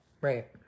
Right